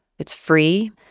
it's free,